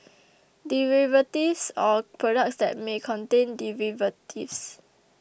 derivatives or products that may contain derivatives